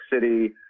City